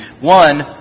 One